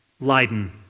Leiden